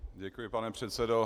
Děkuji, pane předsedo.